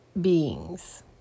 beings